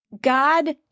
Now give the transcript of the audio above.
God